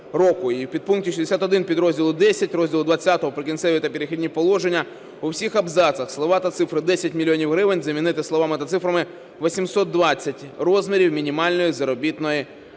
у підпункті 61 підрозділу 10 розділу ХХ "Прикінцеві та перехідні положення" у всіх абзацах слова ти цифри "10 мільйонів гривень" замінити словами та цифрами "820 розмірів мінімальної заробітної плати